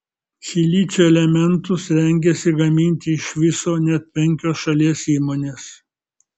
silicio elementus rengiasi gaminti iš viso net penkios šalies įmonės